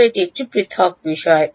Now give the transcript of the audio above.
তবে এটি একটি পৃথক বিষয়